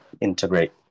integrate